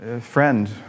friend